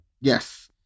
Yes